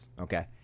okay